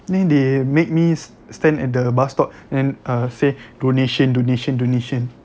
then they make me stand at the bus stop and err say donation donation donation